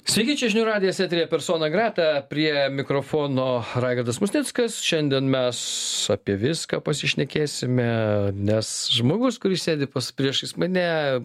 sveiki čia žinių radijas eteryje persona grata prie mikrofono raigardas musnickas šiandien mes apie viską pasišnekėsime nes žmogus kuris sėdi pas priešais mane